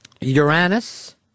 Uranus